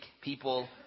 people